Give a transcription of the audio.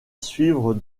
suivre